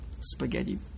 spaghetti